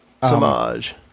Samaj